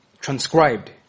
transcribed